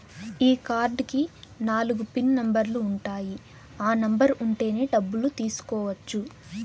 ఈ కార్డ్ కి నాలుగు పిన్ నెంబర్లు ఉంటాయి ఆ నెంబర్ ఉంటేనే డబ్బులు తీసుకోవచ్చు